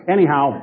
Anyhow